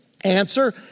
Answer